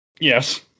Yes